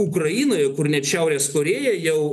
ukrainoje kur net šiaurės korėja jau